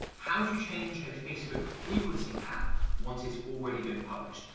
how do you change a facebook frequency cap once it's already been published?